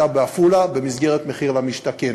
היא הייתה בעפולה במסגרת מחיר למשתכן.